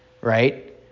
right